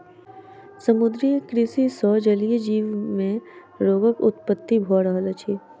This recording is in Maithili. समुद्रीय कृषि सॅ जलीय जीव मे रोगक उत्पत्ति भ रहल अछि